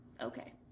okay